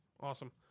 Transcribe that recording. Awesome